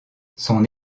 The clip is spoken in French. son